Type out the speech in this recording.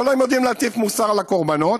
כולם יודעים להטיף מוסר לקורבנות.